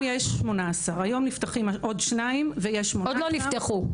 היום נפתחים עוד שניים ויהיו 18. עוד לא נפתחו.